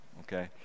okay